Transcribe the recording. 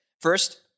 First